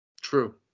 True